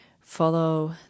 follow